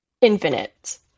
infinite